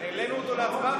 העלינו אותו להצבעה,